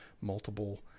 multiple